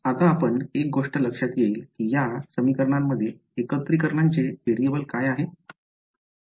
आता आपणास एक गोष्ट लक्षात येईल की या समीकरणांमध्ये एकत्रीकरणाचे व्हेरिएबल काय आहे